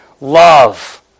love